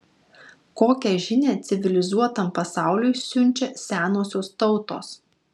kokią žinią civilizuotam pasauliui siunčia senosios tautos